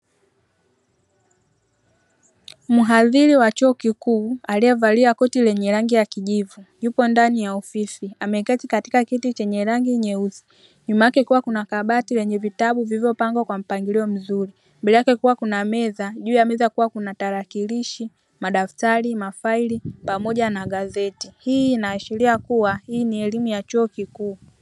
Muhadhiri wa chuo kikuu aliye valia koti lenye rangi ya kijivu, yupo ndani ya ofisi ameketi katika kiti chenye rangi nyeusi nyuma yake kuna kabati lililopangwa kwa mpangilio mzuri, mbele yake kukiwa kuna meza juu ya meza kukiwa na tarakilishi, madaftari, mafaili pamoja na gazeti. Hii inaashiria kua hii ni elimu ya chuo kikuu.